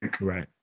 right